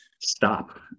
stop